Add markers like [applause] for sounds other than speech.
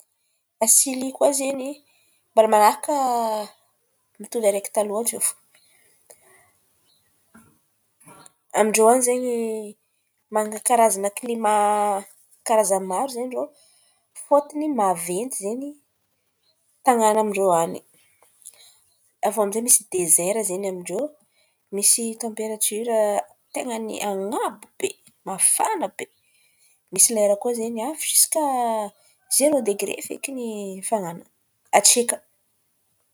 A Silia koa zen̈y mbala man̈araka mitovy araiky taloha in̈y tio fo. [noise] Amin-drô an̈y zen̈y, manana karazan̈a klimà karazan̈y maro zen̈y irô. Fôtony maventy zen̈y tan̈àna amin-drô an̈y. Avô amy zay misy dezera zen̈y amin-drô, misy tamperatiora ten̈a ny an̈abo be, mafana be. Misy lera koa zen̈y avy ziska zerô degre fekiny hafanan̈a hatsiaka.